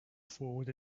forward